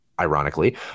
ironically